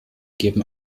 geben